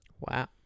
Wow